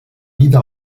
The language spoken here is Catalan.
vida